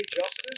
justice